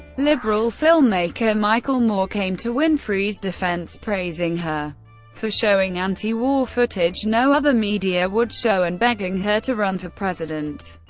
liberal filmmaker michael moore came to winfrey's defence, praising her for showing antiwar footage no other media would show and begging her to run for president.